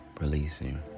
releasing